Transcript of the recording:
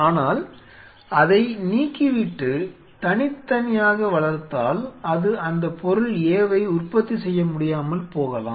ஆனால் அதை நீக்கிவிட்டு தனித்தனியாக வளர்த்தால் அது அந்த பொருள் A வை உற்பத்தி செய்ய முடியாமல் போகலாம்